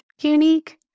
unique